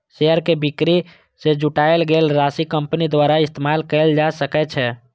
share के बिक्री सं जुटायल गेल राशि कंपनी द्वारा इस्तेमाल कैल जा सकै छै